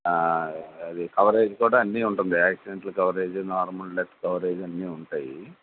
అది కవరేజ్ కూడా అన్నీ ఉంటుంది accidental coverage normal death coverage అన్నీ ఉంటాయి